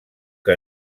que